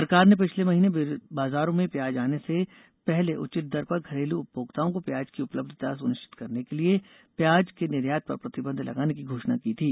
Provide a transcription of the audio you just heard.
सरकार ने पिछले महीने बाजारों में प्याज आने से पहले उचित दर पर घरेलू उपभोक्ताओं को प्याज की उपलब्धता सुनिश्चित करने के लिए प्याज के निर्यात पर प्रतिबंध लगाने की घोषणा की थी